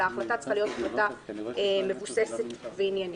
אלא ההחלטה צריכה להיות מבוססת ועניינית.